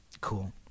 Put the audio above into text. cool